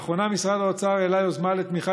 לאחרונה משרד האוצר העלה יוזמה לתמיכה